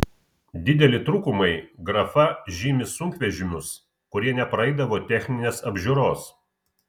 dideli trūkumai grafa žymi sunkvežimius kurie nepraeidavo techninės apžiūros